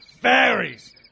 fairies